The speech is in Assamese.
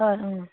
হয় অঁ